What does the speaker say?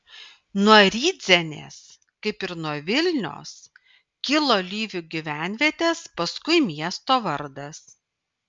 nuo rydzenės kaip ir nuo vilnios kilo lyvių gyvenvietės paskui miesto vardas